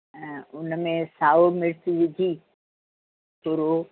ऐं उन में साओ मिर्च विझी तुर